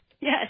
Yes